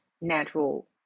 natural